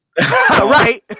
Right